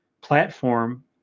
platform